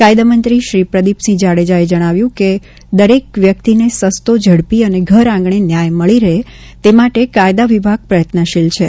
કાયદા મંત્રી શ્રી પ્રદિપસિંહ જાડેજાએ જણાવ્યું છે કે દરેક વ્યક્તિને સસ્તો ઝડપી અને ઘર આંગણે ન્યાય મળી રહે તે માટે કાયદા વિભાગ પ્રયત્નશીલ છે